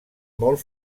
molt